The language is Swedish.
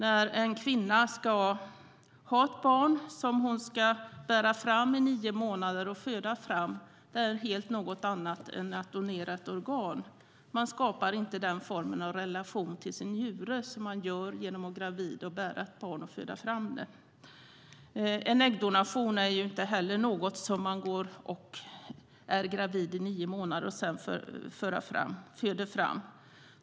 När en kvinna bär fram ett barn i nio månader och sedan föder det är det något helt annat än att donera ett organ. Man skapar inte den formen av relation till sin njure som man gör till ett barn som man bär och föder fram. Äggdonation handlar inte heller om att vara gravid i nio månader och sedan föda.